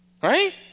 Right